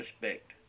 respect